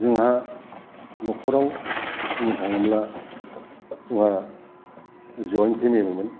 जोंहा न'खराव बुंनो थाङोब्ला जोंहा ज'इन्ट फेमिलिमोन